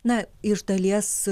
na iš dalies